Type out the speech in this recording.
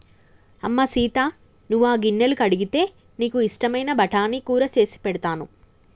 అమ్మ సీత నువ్వు ఆ గిన్నెలు కడిగితే నీకు ఇష్టమైన బఠానీ కూర సేసి పెడతాను